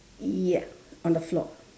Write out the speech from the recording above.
ya on the floor